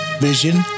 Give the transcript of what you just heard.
Vision